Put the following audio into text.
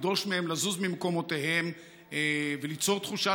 לדרוש מהן לזוז ממקומותיהן וליצור תחושה